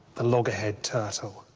the loggerhead turtle.